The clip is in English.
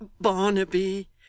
Barnaby